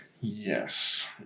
yes